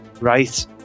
Right